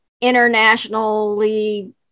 internationally